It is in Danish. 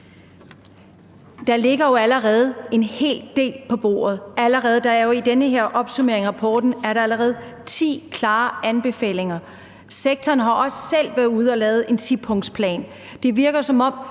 Der ligger jo allerede en hel del på bordet. Der er i den her opsummering af rapporten allerede ti klare anbefalinger. Sektoren har også selv været ude og lave en tipunktsplan.